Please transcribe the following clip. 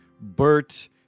Bert